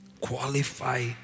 qualify